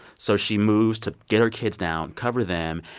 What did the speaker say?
so she moved to get her kids down, cover them.